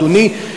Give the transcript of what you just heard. אדוני,